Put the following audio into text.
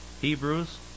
Hebrews